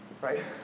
Right